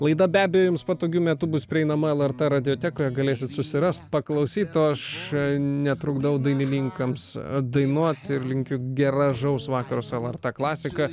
laida be abejo jums patogiu metu bus prieinama lrt radiotekoje galėsit susirast paklausyt aš netrukdau dainininkams dainuot ir linkiu gražaus vakaro su lrt klasika